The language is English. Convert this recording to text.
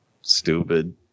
stupid